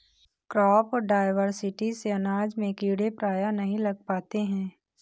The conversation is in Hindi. क्रॉप डायवर्सिटी से अनाज में कीड़े प्रायः नहीं लग पाते हैं